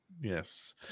Yes